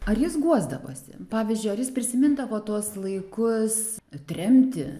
ar jis guosdavosi pavyzdžiui ar jis prisimindavo tuos laikus tremtį